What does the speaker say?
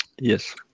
Yes